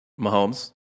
Mahomes